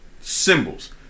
Symbols